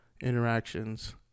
interactions